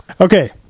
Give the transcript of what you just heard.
Okay